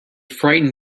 frightened